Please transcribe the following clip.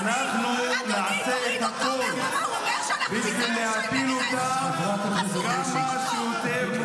אנחנו נעשה את הכול בשביל להפיל אותה כמה שיותר מוקדם.